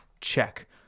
check